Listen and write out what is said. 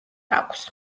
აქვს